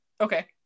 okay